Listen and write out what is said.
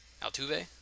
Altuve